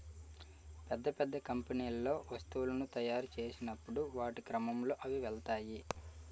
పెద్ద పెద్ద కంపెనీల్లో వస్తువులను తాయురు చేసినప్పుడు వాటి క్రమంలో అవి వెళ్తాయి